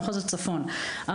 במחוז הצפון,